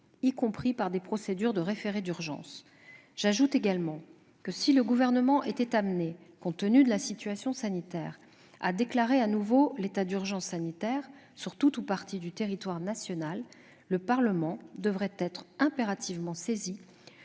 y compris par des procédures de référé d'urgence. J'ajoute également que, si le Gouvernement était amené, compte tenu de la situation sanitaire, à déclarer à nouveau l'état d'urgence sanitaire sur tout ou partie du territoire national, le Parlement devrait être impérativement saisi